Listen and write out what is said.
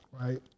right